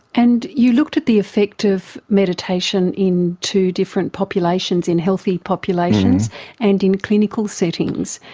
and you looked at the effect of meditation in two different populations, in healthy populations and in clinical settings.